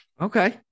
Okay